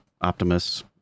Optimus